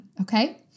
Okay